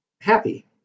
happy